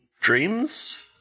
dreams